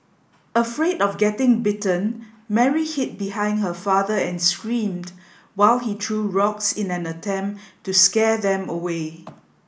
afraid of getting bitten Mary hid behind her father and screamed while he threw rocks in an attempt to scare them away